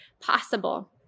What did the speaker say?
possible